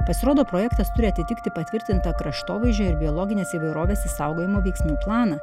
pasirodo projektas turi atitikti patvirtintą kraštovaizdžio ir biologinės įvairovės išsaugojimo veiksmų planą